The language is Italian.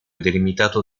delimitato